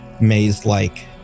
maze-like